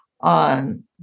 on